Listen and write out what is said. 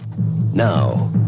now